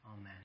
Amen